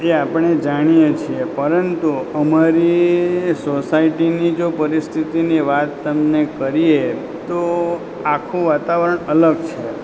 એ આપણે જાણીએ છીએ પરંતુ અમારી સોસાયટીની જો પરિસ્થિતિની વાત તમને કરીએ તો આખું વાતાવરણ અલગ છે